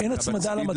אין הצמדה למדד.